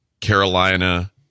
Carolina